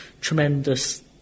tremendous